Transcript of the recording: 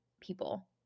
people